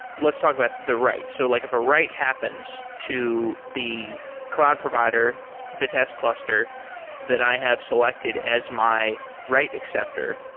let's talk about the write. so like if a write happens to the cloud provider vitess cluster that i have selected as my write acceptor,